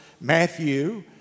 matthew